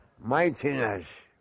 mightiness